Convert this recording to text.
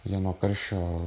jie nuo karščio